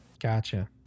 Gotcha